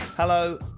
Hello